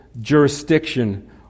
jurisdiction